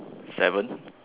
seven